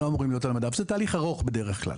זה תהליך ארוך בדרך כלל.